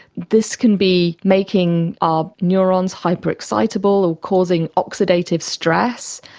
this can be making our neurons hyper excitable or causing oxidative stress,